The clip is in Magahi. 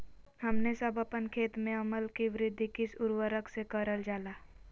हमने सब अपन खेत में अम्ल कि वृद्धि किस उर्वरक से करलजाला?